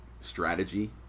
strategy